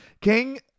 King